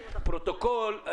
פרוטוקול,